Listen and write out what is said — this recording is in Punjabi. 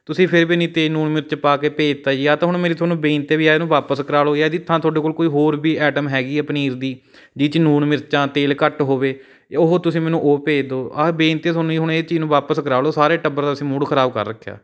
ਤੁਸੀਂ ਫਿਰ ਵੀ ਐਨੀ ਤੇਜ਼ ਨੂਣ ਮਿਰਚ ਪਾ ਕੇ ਭੇਜ ਦਿੱਤਾ ਜੀ ਆ ਤਾਂ ਹੁਣ ਮੇਰੀ ਤੁਹਾਨੂੰ ਬੇਨਤੀ ਆ ਵੀ ਜਾਂ ਇਹਨੂੰ ਵਾਪਸ ਕਰਾ ਲਉ ਜਾਂ ਇਹਦੀ ਥਾਂ ਤੁਹਾਡੇ ਕੋਲ ਕੋਈ ਹੋਰ ਵੀ ਆਈਟਮ ਹੈਗੀ ਆ ਪਨੀਰ ਦੀ ਜੀਦੇ 'ਚ ਨੂਣ ਮਿਰਚਾਂ ਤੇਲ ਘੱਟ ਹੋਵੇ ਉਹ ਤੁਸੀਂ ਮੈਨੂੰ ਉਹ ਭੇਜ ਦਿਓ ਆਹ ਬੇਨਤੀ ਆ ਤੁਹਾਨੂੰ ਜੀ ਹੁਣ ਇਹ ਚੀਜ਼ ਨੂੰ ਵਾਪਸ ਕਰਾ ਲਓ ਸਾਰੇ ਟੱਬਰ ਦਾ ਤੁਸੀਂ ਮੂਡ ਖਰਾਬ ਕਰ ਰੱਖਿਆ